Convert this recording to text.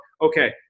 okay